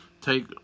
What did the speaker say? Take